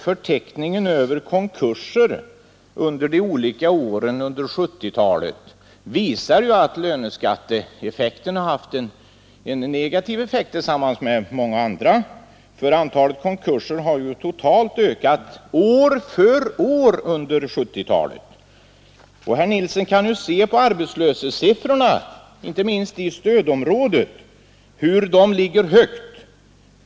Förteckningen över konkurser under de olika åren under 1970-talet visar att löneskatteeffekterna varit negativa, tillsammans med många andra. Antalet konkurser har totalt ökat år för år under 1970-talet. Herr Nilsson kan se på arbetslöshetssiffrorna, inte minst i stödområdet, hur högt de ligger.